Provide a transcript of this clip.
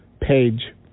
page